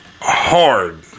hard